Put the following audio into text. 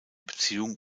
beziehung